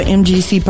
mgc